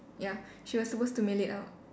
ya she was supposed to mail it out